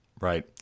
Right